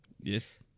Yes